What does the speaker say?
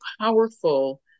powerful